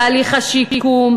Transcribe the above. תהליך השיקום,